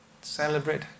celebrate